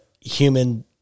human